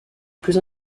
plus